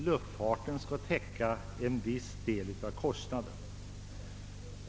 Luftfarten måste täcka en viss del av kostnaden.